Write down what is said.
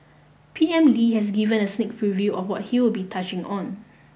P M Lee has given a sneak preview of what he'll be touching on